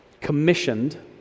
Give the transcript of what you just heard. commissioned